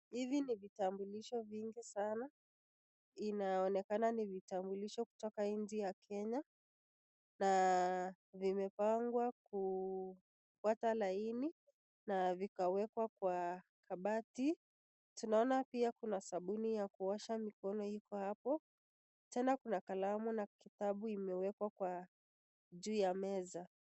Hivi ni vitambulisho vingi sanaa. Inayo onekana ni vitambulisho kutoka nchi ya Kenya na vimepangwa kufuata laini na vikawekwa kwa kabati. Tunaona pia kuna sabuni ya kuosha mikono iko hapo. Tena kuna kalamu na kitabu imewekwa kwa juu ya meza.